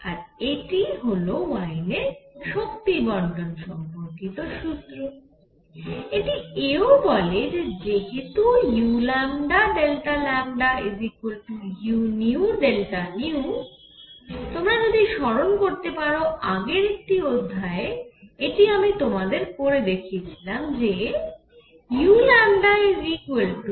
আর এটিই হল ওয়েইনের শক্তি বণ্টন সম্পর্কিত সুত্র Wien's distribution law এটি এও বলে যে যেহেতু uΔλuΔν তোমরা যদি স্মরণ করতে পারো আগের একটি অধ্যায়ে এটি আমি তোমাদের করে দেখিয়েছিলাম যে u2cu